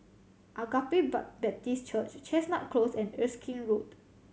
Agape Baptist Church Chestnut Close and Erskine Road